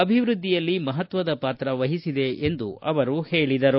ಅಭಿವೃದ್ಧಿಯಲ್ಲಿ ಮಹತ್ವದ ಪಾತ್ರ ವಹಿಸಿದೆ ಎಂದು ಹೇಳಿದರು